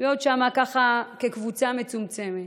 להיות שם ככה כקבוצה מצומצמת